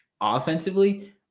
Offensively